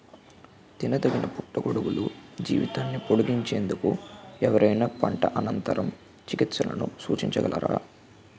తినదగిన పుట్టగొడుగుల జీవితాన్ని పొడిగించేందుకు ఎవరైనా పంట అనంతర చికిత్సలను సూచించగలరా?